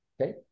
Okay